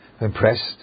impressed